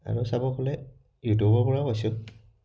আৰু চাব গ'লে ইউটিউবৰ পৰাও পাইছোঁ